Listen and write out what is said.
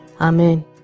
Amen